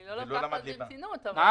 ולא למדת ליבה.